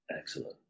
Excellent